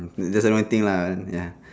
just the only thing lah ah ya